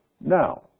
Now